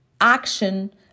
Action